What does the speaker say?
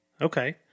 Okay